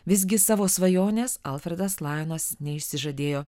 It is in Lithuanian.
visgi savo svajonės alfredas lajonas neišsižadėjo